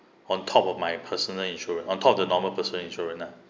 on top of my personal insurance on top the normal person insurance ah